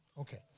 Okay